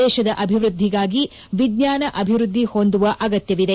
ದೇತದ ಅಭಿವೃದ್ದಿಗಾಗಿ ವಿಜ್ಞಾನ ಅಭಿವೃದ್ದಿ ಹೊಂದುವ ಅಗತ್ತವಿದೆ